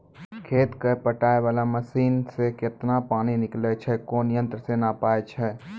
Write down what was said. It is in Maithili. खेत कऽ पटाय वाला मसीन से केतना पानी निकलैय छै कोन यंत्र से नपाय छै